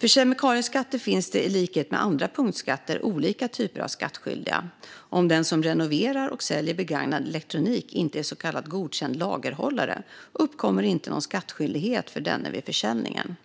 För kemikalieskatten finns det, i likhet med andra punktskatter, olika typer av skattskyldiga. Om den som renoverar och säljer begagnad elektronik inte är så kallad godkänd lagerhållare uppkommer inte någon skattskyldighet för denne vid försäljningen.